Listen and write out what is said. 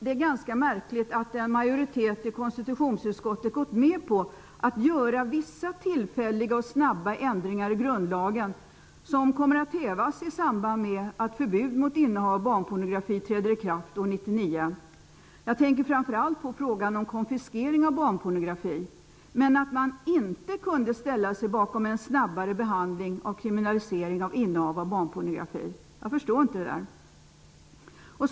Det är ganska märkligt att en majoritet i konstitutionsutskottet gått med på att göra vissa tillfälliga och snabba ändringar i grundlagen som kommer att hävas i samband med att förbud mot innehav av barnpornografi träder i kraft år 1999 -- jag tänker framför allt på frågan om konfiskering av barnpornografi -- men att man inte kunde ställa sig bakom en snabbare behandling av kriminalisering av barnpornografi. Jag förstår inte det där.